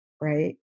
Right